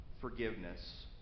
forgiveness